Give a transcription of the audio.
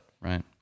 Right